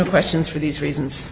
no questions for these reasons